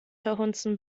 verhunzen